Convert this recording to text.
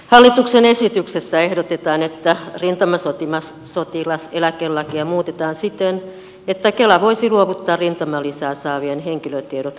hallituksen esityksessä ehdotetaan että rintamaso tilaseläkelakia muutetaan siten että kela voisi luovuttaa rintamalisää saavien henkilötiedot kunnille